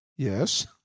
Yes